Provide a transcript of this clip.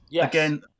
again